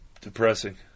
depressing